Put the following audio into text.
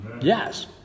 Yes